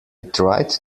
tried